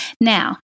Now